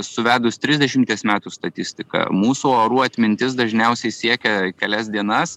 suvedus trisdešimties metų statistiką mūsų orų atmintis dažniausiai siekia kelias dienas